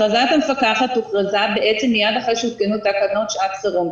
הכרזת המפקחת הוכרזה בעצם מיד אחרי שהותקנו תקנות שעת חירום.